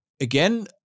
again